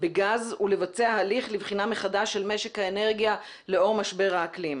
בגז ולבצע הליך לבחינה מחדש של משק האנרגיה לאור משבר האקלים.